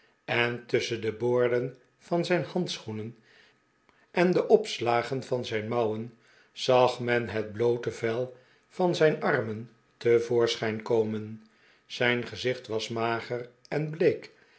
en tusschen de boorden van zijn handschoenen en de opslagen van zijn mouwen zag men het bloote vel van zijn armen te voorschijn komen zijn gezicht was mager en bleek